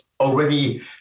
already